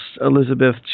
Elizabeth